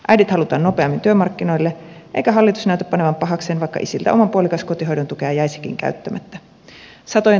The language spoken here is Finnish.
äidit halutaan nopeammin työmarkkinoille eikä hallitus näytä panevan pahakseen vaikka isiltä oma puolikas kotihoidon tukea jäisikin käyttämättä